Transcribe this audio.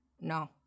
no